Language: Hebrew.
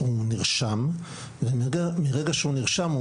הוא נרשם ומרגע שהוא נרשם,